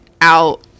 out